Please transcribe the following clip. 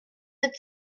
être